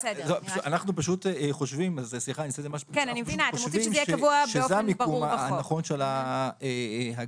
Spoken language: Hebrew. אנחנו חושבים שזה המיקום הנכון של ההגנה.